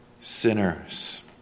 sinners